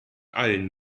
allen